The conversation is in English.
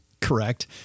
Correct